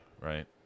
Right